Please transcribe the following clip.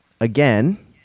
again